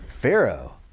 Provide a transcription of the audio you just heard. Pharaoh